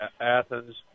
Athens